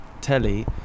telly